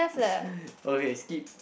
okay skip